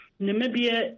Namibia